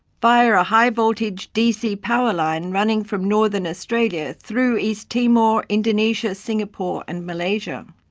via a high voltage dc power line running from northern australia through east timor, indonesia, singapore and malaysia.